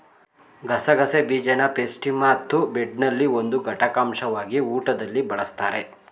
ಗಸಗಸೆ ಬೀಜನಪೇಸ್ಟ್ರಿಮತ್ತುಬ್ರೆಡ್ನಲ್ಲಿ ಒಂದು ಘಟಕಾಂಶವಾಗಿ ಊಟದಲ್ಲಿ ಬಳಸ್ತಾರೆ